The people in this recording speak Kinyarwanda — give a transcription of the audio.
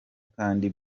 kandi